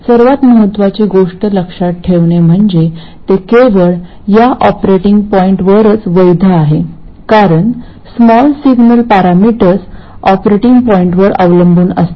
सर्वात महत्त्वाची गोष्ट लक्षात ठेवणे म्हणजे ते केवळ या ऑपरेटिंग पॉईंटवरच वैध आहे कारण स्मॉल सिग्नल पॅरामीटर्स ऑपरेटिंग पॉईंटवर अवलंबून असतात